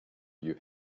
you